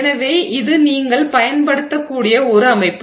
எனவே இது நீங்கள் பயன்படுத்தக்கூடிய ஒரு அமைப்பு